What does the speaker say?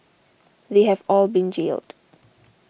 they have all been jailed